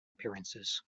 appearances